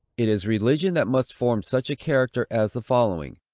it is religion that must form such a character as the following,